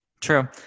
True